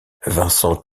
vincent